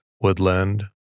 woodland